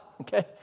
okay